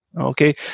Okay